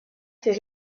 fait